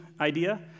idea